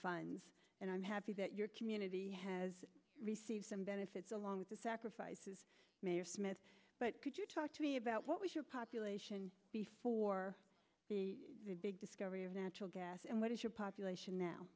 funds and i'm happy that your community has received some benefits along with the sacrifices smith but could you talk to me about what was your population before the big discovery of natural gas and what is your population now